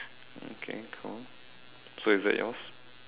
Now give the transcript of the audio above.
okay cool so is that yours